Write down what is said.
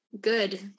good